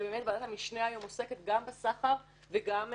ובאמת ועדת המשנה היום עוסקת גם בסחר וגם בזנות.